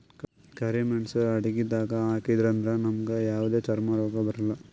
ಕರಿ ಮೇಣ್ಸ್ ಅಡಗಿದಾಗ್ ಹಾಕದ್ರಿಂದ್ ನಮ್ಗ್ ಯಾವದೇ ಚರ್ಮ್ ರೋಗ್ ಬರಲ್ಲಾ